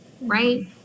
right